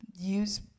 use